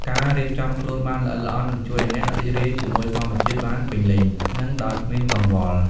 ការរៀបចំខ្លួនបានល្អិតល្អន់ នឹងជួយឲ្យអ្នករីករាយជាមួយធម្មជាតិបានពេញលេញ និងដោយគ្មានកង្វល់។